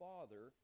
Father